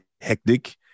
hectic